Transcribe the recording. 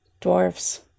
dwarves